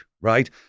right